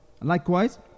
Likewise